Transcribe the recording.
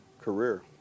career